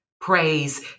Praise